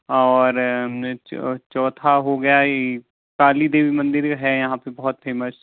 और चौथा हो गया ही काली देवी मंदिर है यहाँ पे बहुत फेमस